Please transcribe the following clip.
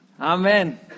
Amen